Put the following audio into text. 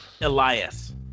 Elias